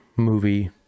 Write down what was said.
movie